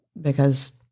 Because-